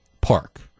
Park